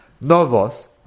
Novos